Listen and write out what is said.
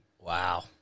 Wow